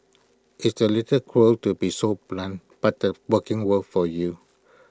it's A little cruel to be so blunt but the working world for you